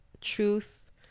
truth